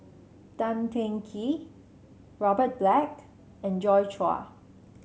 Tan Teng Kee Robert Black and Joi Chua